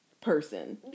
person